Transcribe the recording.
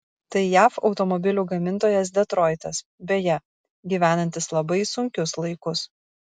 tai jav automobilių gamintojas detroitas beje gyvenantis labai sunkius laikus